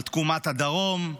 על תקומת הדרום,